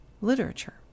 literature